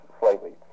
slightly